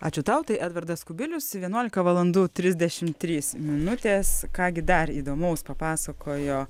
ačiū tau tai edvardas kubilius vienuolika valandų trisdešim trys minutės ką gi dar įdomaus papasakojo